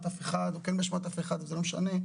אף אחד או באשמת אף אחד אבל זה לא משנה,